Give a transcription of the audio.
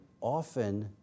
often